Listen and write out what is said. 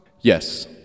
Yes